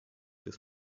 des